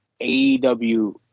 AEW